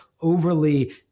overly